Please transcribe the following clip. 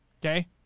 okay